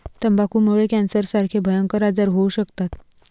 तंबाखूमुळे कॅन्सरसारखे भयंकर आजार होऊ शकतात